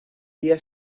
día